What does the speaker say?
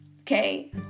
Okay